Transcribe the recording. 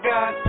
God